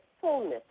fullness